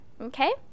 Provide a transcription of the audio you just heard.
Okay